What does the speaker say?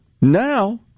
Now